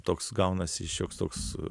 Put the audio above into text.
toks gaunasi šioks toks